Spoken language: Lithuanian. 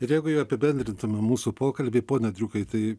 ir jeigu jau apibendrintume mūsų pokalbį pone driukai tai